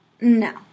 No